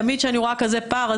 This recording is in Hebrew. תמיד כשאני רואה כזה פער,